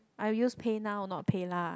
I use PayNow not PayLah